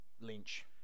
Lynch